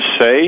say